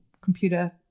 computer